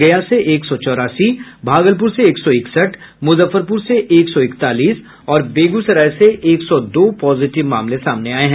गया से एक सौ चौरासी भागलपुर से एक सौ इकसठ मुजफ्फरपुर से एक सौ इकतालीस और बेगूसराय से एक सौ दो पॉजिटिव मामले सामने आये हैं